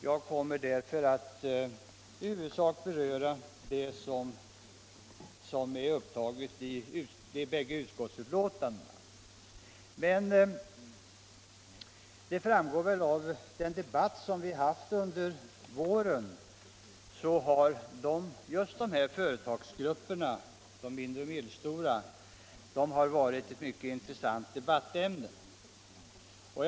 Jag kommer därför att i huvudsak hålla mig till dessa bägge ämnen. De mindre och medelstora företagen har varit ett mycket intressant debattämne under våren.